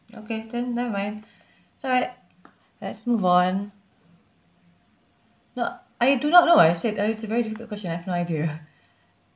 okay then never mind it's alright let's move on no I do not know I said uh it's a very difficult question I have no idea